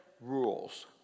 rules